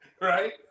right